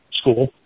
school